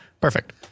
Perfect